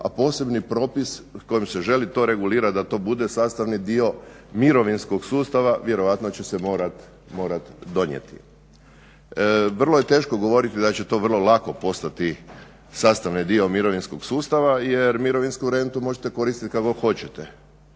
a posebni propis kojim se želi to regulirat da to bude sastavni dio mirovinskog sustava vjerojatno će se morat donijeti. Vrlo je teško govoriti da će to vrlo lako postati sastavni dio mirovinskog sustava, jer mirovinsku rentu možete koristiti kad god hoćete,